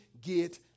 get